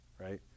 right